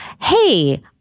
hey